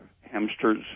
hamsters